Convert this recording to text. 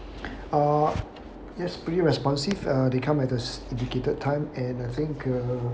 err yes pretty responsive uh they come at the indicated time and I think uh